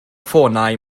ffonau